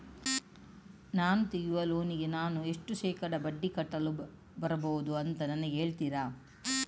ನಾನು ತೆಗಿಯುವ ಲೋನಿಗೆ ನಾನು ಎಷ್ಟು ಶೇಕಡಾ ಬಡ್ಡಿ ಕಟ್ಟಲು ಬರ್ಬಹುದು ಅಂತ ನನಗೆ ಹೇಳ್ತೀರಾ?